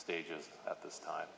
stages at this time